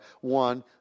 one